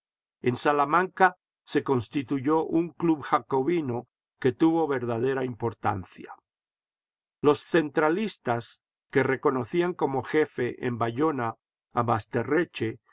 en salamanca se constituyó un club jacobino que tuvo verdadera importancia los centralistas que reconocían como jefe en bayona